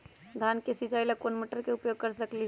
धान के सिचाई ला कोंन मोटर के उपयोग कर सकली ह?